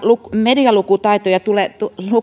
medialukutaitoa